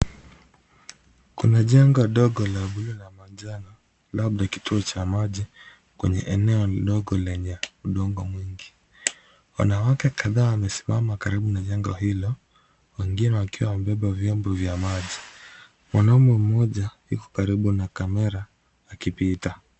Kuna jengo dogo la bluu na manjano, labda kituo cha maji kwenye eneo ndogo lenye udongo mwingi. Wanawake kadhaa wamesimama karibu na jengo hilo wengine wakiwa wamebeba vyombo vya maji. Mwanaume mmoja yuko karibu na kamera akipita.